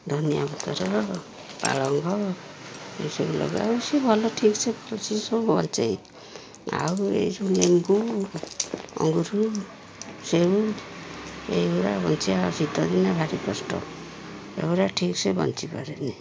ଧନିଆପତର ପାଳଙ୍ଗ ଏଇସବୁ ଲଗାଏ ଆଉ ସେ ଭଲ ଠିକ୍ସେ ସବୁ ବଞ୍ଚେ ଆଉ ଏଇସବୁ ଲେମ୍ବୁ ଅଙ୍ଗୁର ସେଉ ଏଗୁୁରା ବଞ୍ଚିବା ଶୀତ ଦିନେ ଭାରି କଷ୍ଟ ଏଗୁୁରା ଠିକ୍ସେ ବଞ୍ଚିପାରେନି